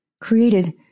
created